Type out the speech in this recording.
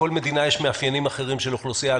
לכל מדינה יש מאפיינים אחרים של אוכלוסייה.